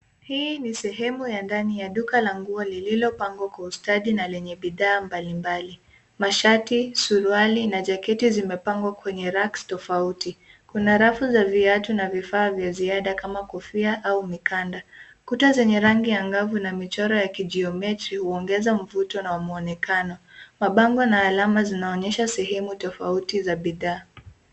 Hii ni sehemu ya ndani ya duka la nguo lililopangwa kwa ustadi na lenye bidhaa mbalimbali. Mashati, suruali, na jaketi zimepangwa kwenye (cs)racks(cs) tofauti. Kuna rafu za viatu na vifaa vya ziada kama kofia au mikanda. Kuta zenye rangi angavu na michoro ya (cs)kijiometri(cs) huongeza mvuto na muonekano. Mabango na alama zinaonyesha sehemu tofauti za bidhaa.